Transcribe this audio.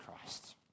Christ